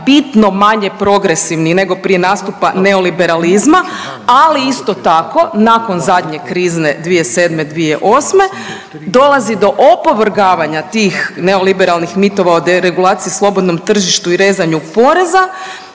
bitno manje progresivni nego prije nastupa neoliberalizma, ali isto tako, nakon zadnje krizne 2007./2008. dolazi do opovrgavanja tih neoliberalnih mitova o deregulaciji slobodnom tržištu i rezanju poreza